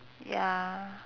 ya